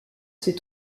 ces